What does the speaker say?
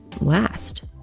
last